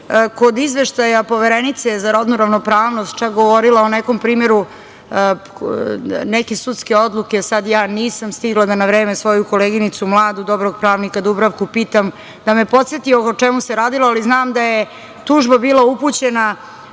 kod izveštaja Poverenice za rodnu ravnopravnost, čak govorila o nekom primeru, neke sudske odluke, sada ja nisam stigla da na vreme svoju koleginicu mladu, dobrog pravnika Dubravku pitam, da me podseti o čemu se radilo, ali znam da je tužba bila upućena